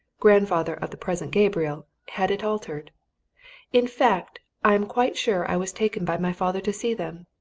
grandfather of the present gabriel, had it altered in fact, i am quite sure i was taken by my father to see them.